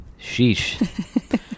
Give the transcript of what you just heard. sheesh